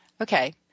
Okay